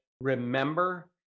remember